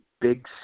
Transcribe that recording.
big